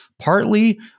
Partly